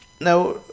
Now